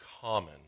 common